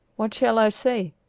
what shall i say?